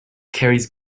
carries